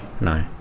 No